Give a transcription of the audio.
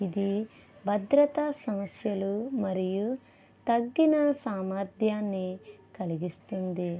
ఇది భద్రత సమస్యలు మరియు తగ్గిన సామర్ధ్యాన్ని కలిగిస్తుంది